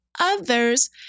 others